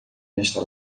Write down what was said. nesta